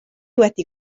wedi